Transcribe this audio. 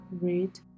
read